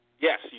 Yes